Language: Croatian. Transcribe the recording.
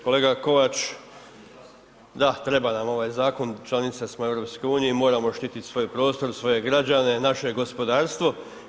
Kolega Kovač, da treba nam ovaj zakon, članica smo EU i moramo štiti svoj prostor, svoje građane i naše gospodarstvo.